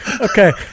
Okay